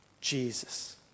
Jesus